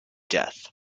death